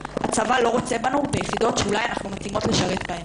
הצבא לא רוצה בנו ביחידות שאולי אנחנו מתאימות לשרת בהן.